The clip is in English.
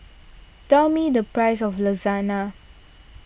tell me the price of Lasagne